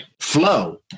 flow